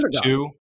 two